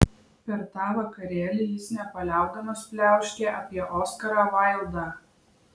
per tą vakarėlį jis nepaliaudamas pliauškė apie oskarą vaildą